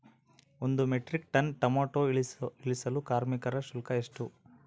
ಒಂದು metric ton tomato ಇಳಿಸಲು ಕಾರ್ಮಿಕರ ಶುಲ್ಕ ಎಷ್ಟು?